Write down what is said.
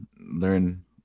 learn